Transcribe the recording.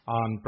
on